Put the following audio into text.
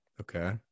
Okay